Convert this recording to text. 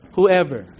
Whoever